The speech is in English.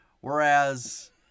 whereas